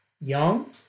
Young